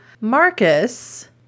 Marcus